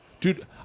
Dude